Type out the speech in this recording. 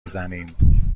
میزنیم